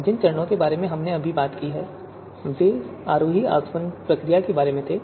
जिन चरणों के बारे में हमने अभी बात की वे अवरोही आसवन प्रक्रिया के बारे में थे